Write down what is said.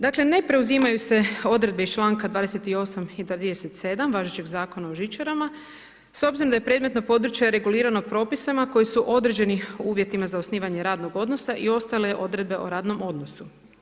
Dakle ne preuzimaju se odredbe iz čl. 28. i 37. važećeg Zakona o žičarama, s obzirom da je predmetno područje regulirano propisanima koje su određenim uvjetima za osnivanje radnog odnosa i ostale odredbe o radnom odnosu.